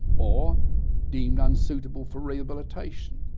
or deemed unsuitable for rehabilitation,